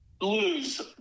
Lose